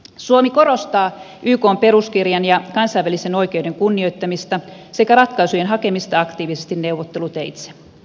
suomi korostaa ykn peruskirjan ja kansainvälisen oikeuden kunnioittamista sekä ratkaisujen hakemista aktiivisesti neuvotteluteitse